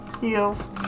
Heels